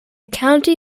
county